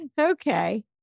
Okay